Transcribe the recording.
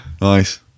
Nice